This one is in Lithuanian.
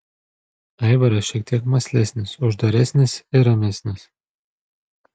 aivaras šiek tiek mąslesnis uždaresnis ir ramesnis